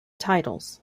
titles